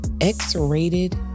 X-Rated